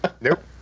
nope